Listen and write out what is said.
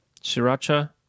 Sriracha